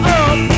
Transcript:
up